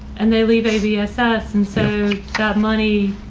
and they leave a bss, and so that money